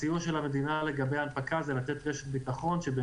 מדינה "ענקית" ויש לנו הרבה יעדים,